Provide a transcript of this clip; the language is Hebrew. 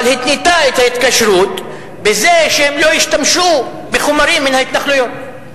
אבל התנתה את ההתקשרות בזה שהם לא ישתמשו בחומרים מן ההתנחלויות.